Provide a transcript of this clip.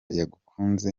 yagukunze